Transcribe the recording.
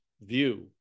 view